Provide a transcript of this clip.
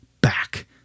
back